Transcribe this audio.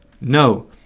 No